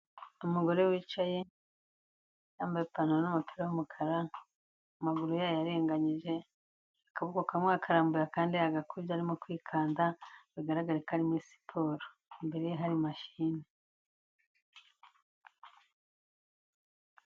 Umugore wicaye yambaye ipantaro n'umupira w'umukara, amaguru yayarenganyije akaboko kamwe yakarambuye akandi agakubye arimo kwikanda bigaragare ko muri siporo, imbere ye hari mashine.